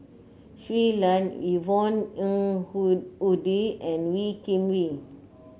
Shui Lan Yvonne Ng Uhde and Wee Kim Wee